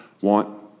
want